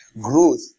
growth